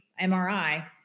MRI